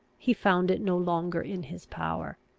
he found it no longer in his power.